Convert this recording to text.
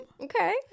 Okay